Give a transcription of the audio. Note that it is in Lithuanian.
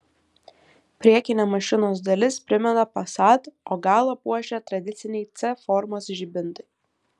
priekinė mašinos dalis primena passat o galą puošia tradiciniai c formos žibintai